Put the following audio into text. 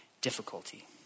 difficulty